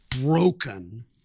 broken